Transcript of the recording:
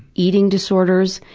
eating disorders,